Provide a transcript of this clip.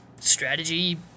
strategy